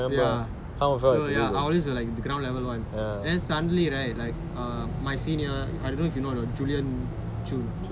ya so ya always will like ground level [one] then suddenly right like err my senior I don't know if you know you know or not julian chun